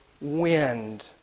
wind